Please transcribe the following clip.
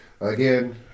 again